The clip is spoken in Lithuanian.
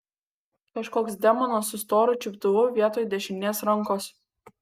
kažkoks demonas su storu čiuptuvu vietoj dešinės rankos